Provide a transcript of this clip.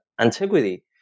antiquity